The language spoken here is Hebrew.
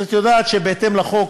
את יודעת שבהתאם לחוק,